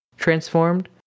transformed